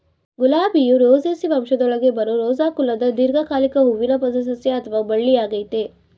ಗುಲಾಬಿಯು Rosaceae ವಂಶದೊಳಗೆ ಬರೋ Rosa ಕುಲದ ದೀರ್ಘಕಾಲಿಕ ಹೂವಿನ ಪೊದೆಸಸ್ಯ ಅಥವಾ ಬಳ್ಳಿಯಾಗಯ್ತೆ